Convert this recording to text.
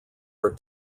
are